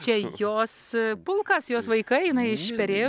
čia jos pulkas jos vaikai jinai išperėjo